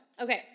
Okay